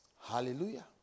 Hallelujah